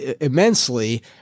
immensely